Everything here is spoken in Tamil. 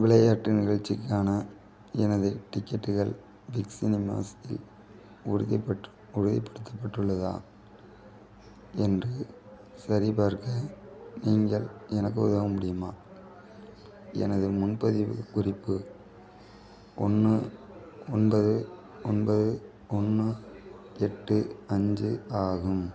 விளையாட்டு நிகழ்ச்சிக்கான எனது டிக்கெட்டுகள் பிக் சினிமாஸ்சில் உறுதிப்பட்டு உறுதிப்படுத்தப்பட்டுள்ளதா என்று சரிபார்க்க நீங்கள் எனக்கு உதவ முடியுமா எனது முன்பதிவு குறிப்பு ஒன்று ஒன்பது ஒன்பது ஒன்று எட்டு அஞ்சு ஆகும்